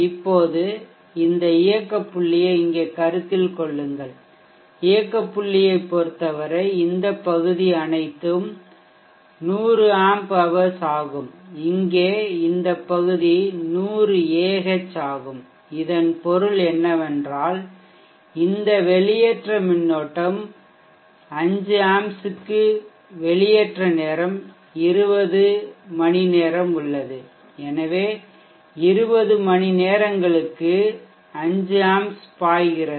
இப்போது இந்த இயக்க புள்ளியை இங்கே கருத்தில் கொள்ளுங்கள் இயக்க புள்ளியைப் பொறுத்தவரை இந்த பகுதி அனைத்தும் 100 ஆம்ப் ஹவர்ஸ் ஆகும் இங்கே இந்த பகுதி 100ஏஹெச் ஆகும் இதன் பொருள் என்னவென்றால் இந்த வெளியேற்ற மின்னோட்டம் 5A கு வெளியேற்ற நேரம் 20 ஹவர் உள்ளது எனவே 20 மணி நேரங்களுக்கு 5A பாய்கிறது